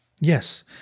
Yes